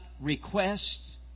requests